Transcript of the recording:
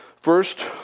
First